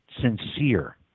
sincere